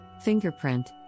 Fingerprint